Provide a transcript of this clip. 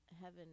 heaven